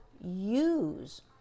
use